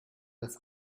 das